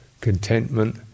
contentment